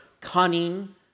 cunning